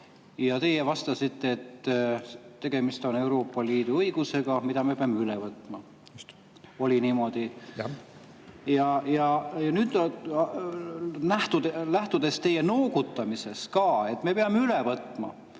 Ja teie vastasite, et tegemist on Euroopa Liidu õigusega, mille me peame üle võtma. Oli niimoodi? Ja nüüd, lähtudes teie noogutamisest ka, me peame tõesti üle võtma.